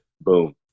boom